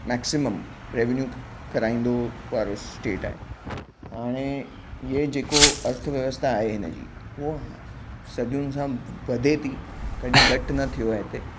maximum revenue कराईंदो वारो state आहे हाणे इहे जेको अर्थव्यवस्था आहे हिनजी उओ सदियुनि खां वधे थी कॾहिं घटि न थियो आहे हिते